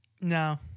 no